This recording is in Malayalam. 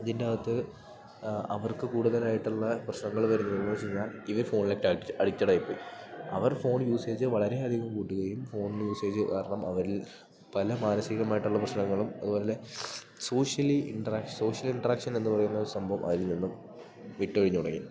ഇതിൻ്റകത്ത് അവർക്ക് കൂടുതലായിട്ടൊള്ള പ്രശ്നങ്ങള് വരുന്നെന്ന് വെച്ചഴിഞ്ഞാൽ ഇവര് ഫോണിലേറ്റഡി അഡിക്ക്റ്റഡായിപ്പോയി അവർ ഫോൺ യൂസേജ് വളരെയധികം കൂട്ടുകയും ഫോൺ യൂസേജ് കാരണം അവരിൽ പല മാനസികമായിട്ടൊള്ള പ്രശ്നങ്ങളും അതുപോലെ സോഷ്യലി ഇൻട്രാ സോഷ്യൽ ഇൻട്രാക്ഷനെന്ന് പറയുന്ന ഒരു സംഭവം അതിൽ നിന്നും വിട്ടൊഴിഞ്ഞ് തൊടങ്ങി